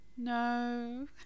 No